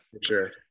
sure